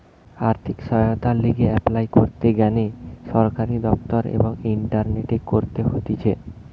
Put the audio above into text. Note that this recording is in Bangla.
আর্থিক সহায়তার লিগে এপলাই করতে গ্যানে সরকারি দপ্তর এবং ইন্টারনেটে করতে হতিছে